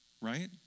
right